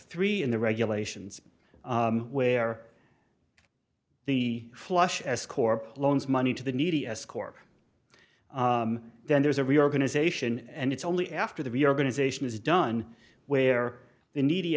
three in the regulations where the flush score loans money to the needy escort then there is a reorganization and it's only after the reorganization is done where the needy